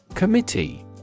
Committee